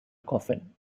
coffin